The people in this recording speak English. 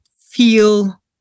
feel